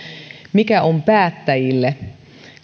mikä muu on päättäjille